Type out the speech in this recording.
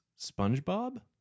SpongeBob